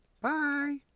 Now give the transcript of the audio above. Bye